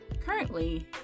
Currently